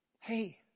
Hey